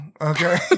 okay